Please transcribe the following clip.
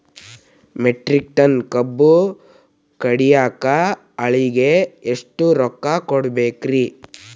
Metric ton ಕಬ್ಬು ಕಡಿಯಾಕ ಆಳಿಗೆ ಎಷ್ಟ ರೊಕ್ಕ ಕೊಡಬೇಕ್ರೇ?